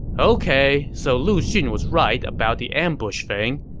ok, so lu xun was right about the ambush thing,